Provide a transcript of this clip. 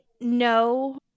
no